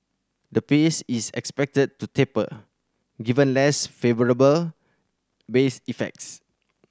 the pace is expected to taper given less favourable base effects